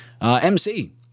MC